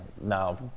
now